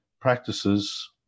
practices